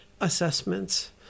assessments